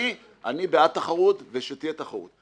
אני בעד תחרות ושתהיה תחרות.